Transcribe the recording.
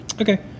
Okay